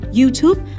Youtube